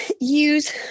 use